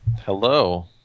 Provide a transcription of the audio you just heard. Hello